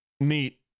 neat